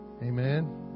amen